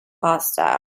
hostile